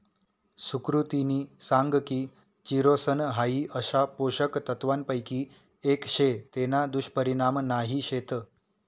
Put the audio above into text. सुकृतिनी सांग की चिरोसन हाई अशा पोषक तत्वांपैकी एक शे तेना दुष्परिणाम नाही शेत